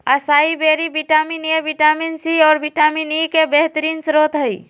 acai berry vitamin A, vitamin C, और vitamin E के बेहतरीन स्त्रोत हई